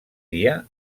dia